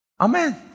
Amen